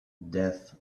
death